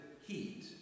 Heat